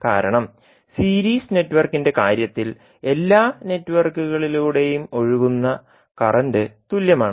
കാരണം സീരീസ് നെറ്റ്വർക്കിന്റെ കാര്യത്തിൽ എല്ലാ നെറ്റ്വർക്കുകളിലൂടെയും ഒഴുകുന്ന കറന്റ് തുല്യമാണ്